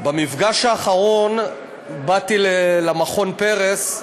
במפגש האחרון באתי למכון פרס,